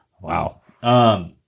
Wow